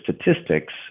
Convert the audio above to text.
statistics